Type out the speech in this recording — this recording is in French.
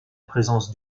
présence